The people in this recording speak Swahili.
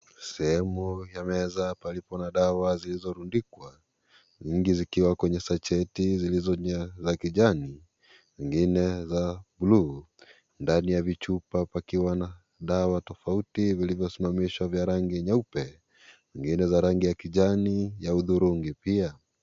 Sehemu ya meza palipo na dawa zilizorundikwa nyingi zikiwa kwenye sajeti za rangi ya kijani zingine za buluu ndani ya vichupa pakiwa na dawa tofauti vilivyosimamaishwa vya rangi nyeupe zingine rangi ya kijani na zingine rangi ya hudhurungi pia.